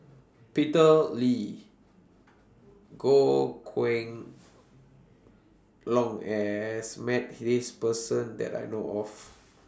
Peter Lee Goh Kheng Long has Met This Person that I know of